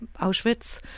Auschwitz